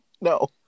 No